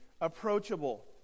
approachable